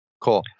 Cool